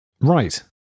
right